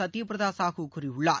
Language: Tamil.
சத்யபிரதா சாஹூ கூறியுள்ளார்